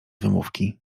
wymówki